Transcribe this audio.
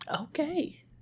Okay